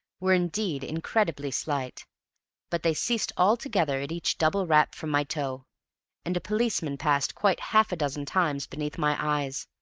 were indeed incredibly slight but they ceased altogether at each double rap from my toe and a policeman passed quite half a dozen times beneath my eyes,